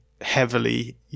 heavily